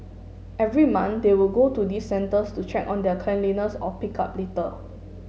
every month they would go to these centres to check on their cleanliness or pick up litter